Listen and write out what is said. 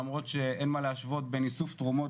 למרות שאין מה להשוות בין איסוף תרומות